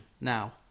now